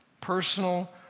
personal